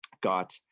got